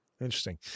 Interesting